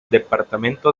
departamento